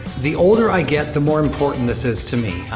the older i get, the more important this is to me.